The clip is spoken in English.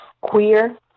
queer